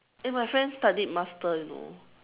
eh my friend studied master you know